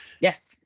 yes